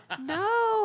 No